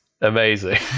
Amazing